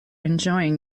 enjoying